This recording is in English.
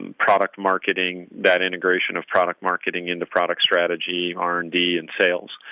and product marketing. that integration of product marketing into product strategy, r and d and sales.